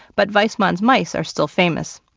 but weismann's mice are still famous.